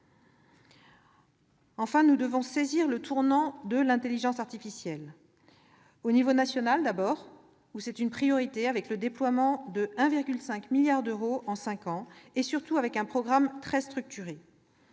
Enfin, nous devons saisir le tournant de l'intelligence artificielle. Au niveau national, d'abord, où c'est une priorité avec le déploiement de 1,5 milliard d'euros en cinq ans, mais surtout avec un programme très structuré.